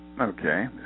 Okay